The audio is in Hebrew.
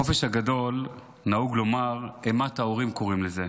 החופש הגדול, נהוג לומר, אימת ההורים, קוראים לזה.